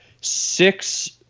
six